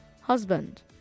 husband